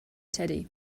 teddy